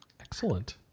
Excellent